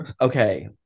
okay